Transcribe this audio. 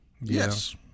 Yes